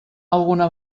alguna